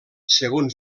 segon